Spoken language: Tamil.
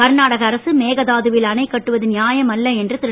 கர்நாடக அரசு மேகதாதுவில் அணை கட்டுவது நியாயம் அல்ல என்று திரு